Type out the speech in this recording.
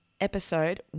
episode